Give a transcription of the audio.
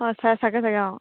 অঁ থাকে থাকে